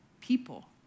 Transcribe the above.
People